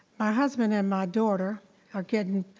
my husband and my daughter are getting,